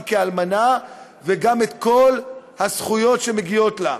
כאלמנה וגם את כל הזכויות שמגיעות לה.